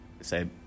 say